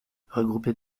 regroupés